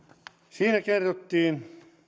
siinä kerrottiin